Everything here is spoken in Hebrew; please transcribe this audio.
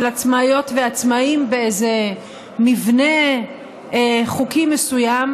עצמאיות ועצמאים באיזה מבנה חוקי מסוים.